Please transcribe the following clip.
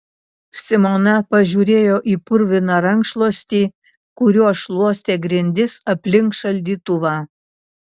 simona pažiūrėjo į purviną rankšluostį kuriuo šluostė grindis aplink šaldytuvą